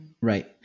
right